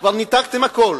כבר ניתקתם הכול,